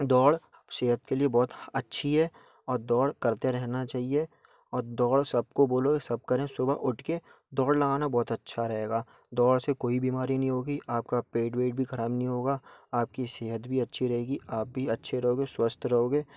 दौड़ सेहत के लिए बहुत अच्छी है और दौड़ करते रहना चहिए और दौड़ सबको बोलो सब करें सुबह उठ के दौड़ लगाना बहुत अच्छा रहेगा दौड़ से कोई बीमारी नहीं होगी आपका पेट वेट भी ख़राब नहीं होगा आपकी सेहत भी अच्छी रहेगी आप भी अच्छे रहोगे स्वस्थ रहोगे